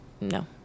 no